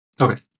okay